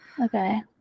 Okay